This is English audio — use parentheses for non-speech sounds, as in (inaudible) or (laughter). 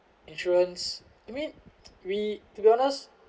insurance I mean (noise) we to be honest